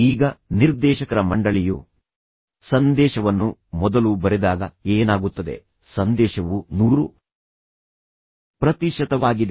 ಈಗ ನಿರ್ದೇಶಕರ ಮಂಡಳಿಯು ಸಂದೇಶವನ್ನು ಮೊದಲು ಬರೆದಾಗ ಏನಾಗುತ್ತದೆ ಸಂದೇಶವು ನೂರು ಪ್ರತಿಶತವಾಗಿದೆ